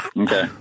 okay